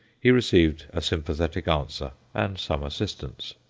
he received a sympathetic answer, and some assistance.